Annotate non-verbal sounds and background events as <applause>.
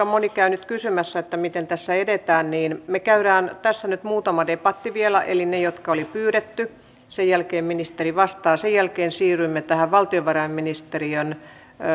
<unintelligible> moni käy nyt kysymässä miten tässä edetään että me käymme tässä nyt muutaman debattipuheenvuoron vielä eli ne jotka oli pyydetty sen jälkeen ministeri vastaa sen jälkeen siirrymme valtiovarainministeriön